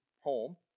home